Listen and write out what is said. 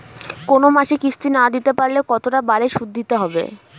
কোন মাসে কিস্তি না দিতে পারলে কতটা বাড়ে সুদ দিতে হবে?